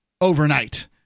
overnight